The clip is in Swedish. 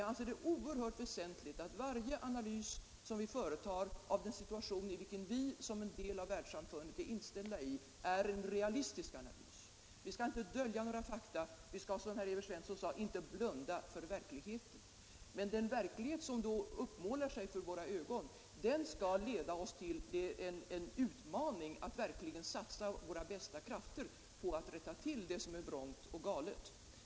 Jag anser det oerhört väsentligt att varje analys som vi företar av den situation i vilken vi befinner oss, som en del av världssamfundet, skall vara en realistisk analys. Vi kan inte dölja några fakta. Vi skall, som herr Evert Svensson sade, inte blunda för verkligheten. Men den verklighet som då visar sig för våra ögon skall för oss innebära en utmaning att verkligen satsa våra bästa krafter på att rätta till det som är vrångt och galet.